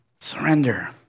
surrender